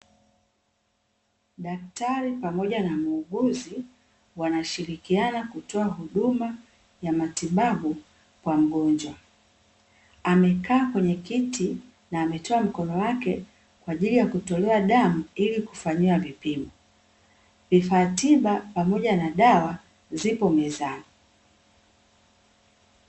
Daktari pamoja na muuguzi wanashirikiana kutoa huduma ya matibabu kwa mgonjwa. Amekaa kwenye kiti na ametoa mkono wake kwa ajili ya kutolewa damu ili kufanyiwa vipimo, vifaa tiba pamoja na dawa zipo mezani.